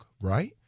right